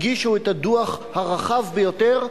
הגישו את הדוח הרחב ביותר,